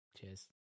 Cheers